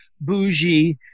bougie